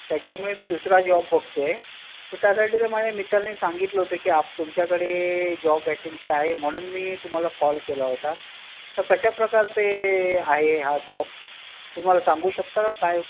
त्याच्यामुळे मी दुसरा जॉब बघतो आहे तर त्यासाठी तर माझ्या मित्रानी सांगितलं होतं की आप तुमच्याकडे जॉब वॅकन्सी आहे म्हणून मी तुम्हाला कॉल केला होता तर कशाप्रकारचे आहे हा जॉब तुम्ही मला सांगू शकता का काय